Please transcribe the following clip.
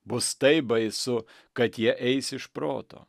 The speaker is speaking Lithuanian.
bus taip baisu kad jie eis iš proto